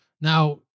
Now